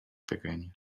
pequeña